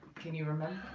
can you remember?